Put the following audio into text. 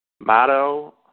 motto